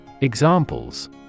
Examples